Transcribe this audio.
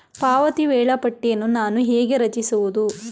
ಪಾವತಿ ವೇಳಾಪಟ್ಟಿಯನ್ನು ನಾನು ಹೇಗೆ ರಚಿಸುವುದು?